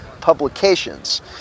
publications